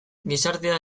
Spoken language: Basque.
gizartea